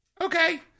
Okay